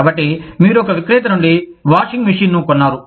కాబట్టి మీరు ఒక విక్రేత నుండి వాషింగ్ మెషీన్ను కొన్నారు